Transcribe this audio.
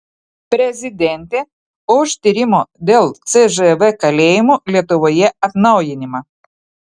prezidentė už tyrimo dėl cžv kalėjimų lietuvoje atnaujinimą